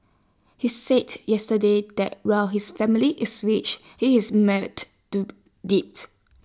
he said yesterday that while his family is rich he is mired do debt